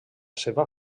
seva